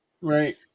Right